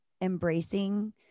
embracing